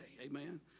Amen